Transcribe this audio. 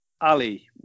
Ali